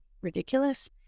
ridiculous